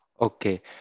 Okay